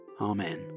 Amen